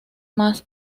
más